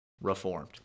reformed